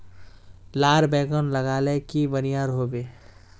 लार बैगन लगाले की बढ़िया रोहबे?